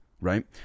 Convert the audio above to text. Right